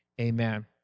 amen